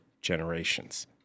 generations